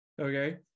okay